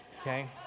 okay